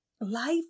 life